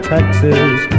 Texas